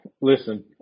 listen